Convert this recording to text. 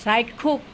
চাক্ষুষ